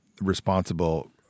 responsible